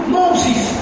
Moses